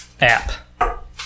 app